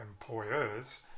employers